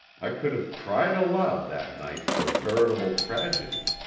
i could have cried aloud that night for a veritable tragedy.